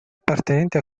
appartenenti